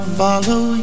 follow